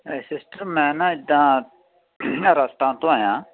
sister ਮੈਂ ਨਾ ਇੱਦਾਂ ਰਾਜਸਥਾਨ ਤੋਂ ਆਇਆ